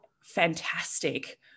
fantastic